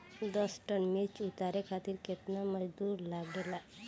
दस टन मिर्च उतारे खातीर केतना मजदुर लागेला?